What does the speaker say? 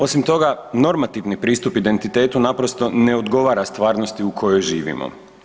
Osim toga, normativni pristupi identitetu naprosto ne odgovara stvarnosti u kojoj živimo.